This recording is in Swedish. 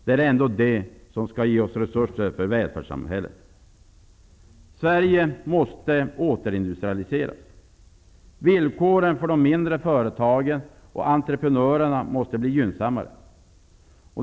Det är ändå det som skall ge oss resurser för välfärdssamhället. Sverige måste återindustrialiseras. Villkoren för de mindre företagen och entreprenörerna måste bli gynnsammare.